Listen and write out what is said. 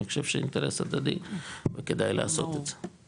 אני חושב שהאינטרס הדדי וכדאי לעשות את זה.